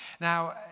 Now